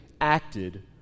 acted